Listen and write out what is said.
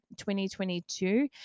2022